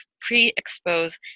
pre-expose